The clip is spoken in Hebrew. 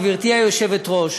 גברתי היושבת-ראש,